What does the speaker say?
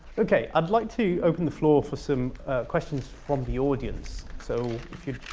okay, i'd like to open the floor for some questions from the audience. so, if you